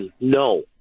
No